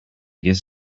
guess